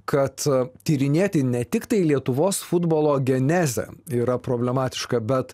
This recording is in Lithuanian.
kad tyrinėti ne tiktai lietuvos futbolo genezę yra problematiška bet